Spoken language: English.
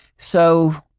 so,